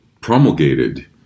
promulgated